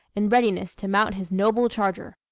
in readiness to mount his noble charger.